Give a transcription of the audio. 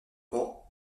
pan